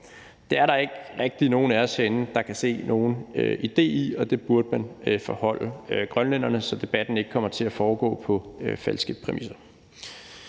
Det er der ikke rigtig nogen af os herinde der kan se nogen idé i, og det burde man foreholde grønlænderne, så debatten ikke kommer til at foregå på falske præmisser.